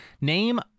name